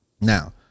Now